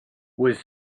was